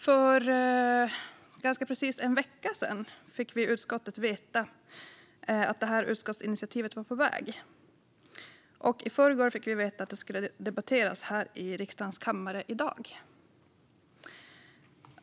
För ganska precis en vecka sedan fick vi i utskottet veta att det här utskottsinitiativet var på väg, och i förrgår fick vi veta att det skulle debatteras här i riksdagens kammare i dag.